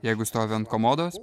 jeigu stovi ant komodos